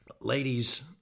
ladies